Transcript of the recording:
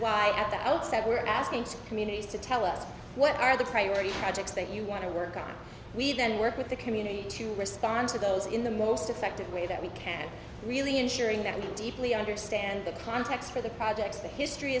why at the outset we're asking to communities to tell us what are the priorities project that you want to work on we then work with the community to respond to those in the most effective way that we can really ensuring that we deeply understand the context for the projects the history